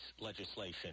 legislation